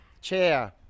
Chair